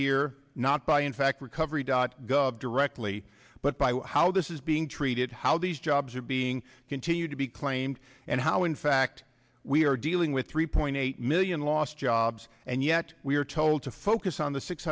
here not by in fact recovery dot gov directly but by how this is being treated how these jobs are being continued to be clay and how in fact we are dealing with three point eight million lost jobs and yet we are told to focus on the six